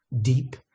deep